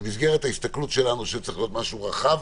במסגרת ההסתכלות שלנו שצריך להיות משהו רחב,